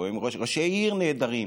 או הם ראשי עיר נהדרים,